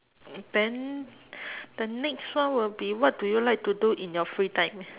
then the next one will be what do you like to do in your free time